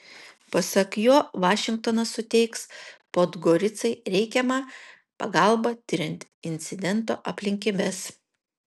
pasak jo vašingtonas suteiks podgoricai reikiamą pagalbą tiriant incidento aplinkybes